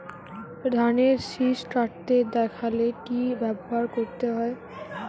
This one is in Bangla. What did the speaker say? ধানের শিষ কাটতে দেখালে কি ব্যবহার করতে হয়?